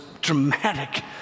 dramatic